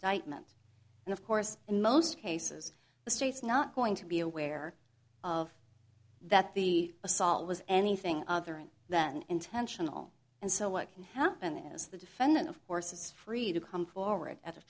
i meant and of course in most cases the state's not going to be aware of that the assault was anything other than intentional and so what can happen is the defendant of course is free to come forward at a